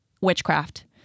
witchcraft